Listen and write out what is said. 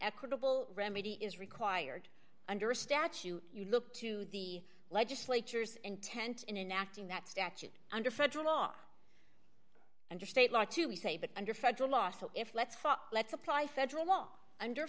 equitable remedy is required under a statute you look to the legislature's intent in an acting that statute under federal law under state law to say but under federal law so if let's let's apply federal law under